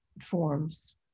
forms